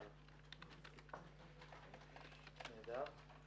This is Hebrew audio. הישיבה ננעלה בשעה